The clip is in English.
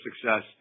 success